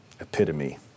Epitome